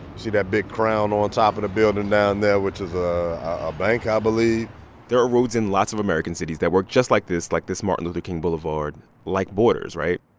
see that big crown on top of but a building down there, which is a bank, i believe there are roads in lots of american cities that work just like this, like this martin luther king boulevard, like borders, right?